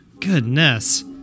Goodness